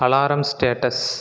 alarm status